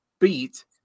beat